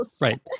Right